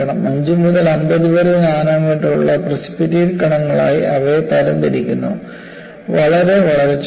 5 മുതൽ 50 വരെ നാനോമീറ്ററുള്ള പ്രിസിപിറ്റേറ്റ് കണങ്ങളായി അവയെ തരംതിരിക്കുന്നു വളരെ വളരെ ചെറുത്